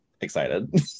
excited